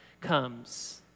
comes